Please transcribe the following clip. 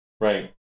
Right